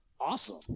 awesome